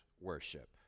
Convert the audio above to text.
worship